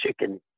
chicken